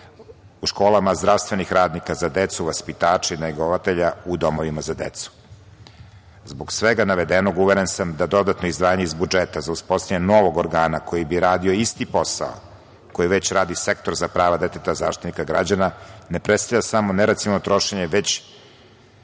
u školama, zdravstvenih radnika za decu, vaspitači, negovatelja u domovima za decu. Zbog svega navedenog uveren sam da dodatno izdvajanje iz budžeta za uspostavljanje novog organa koji bi radio isti posao koji već radi Sektor za prava deteta Zaštitnika građana ne prestaje samo neracionalno trošenje već